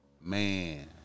Man